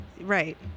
right